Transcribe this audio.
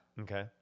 okay